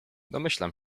domyślam